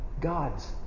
gods